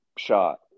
Shot